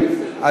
בסדר,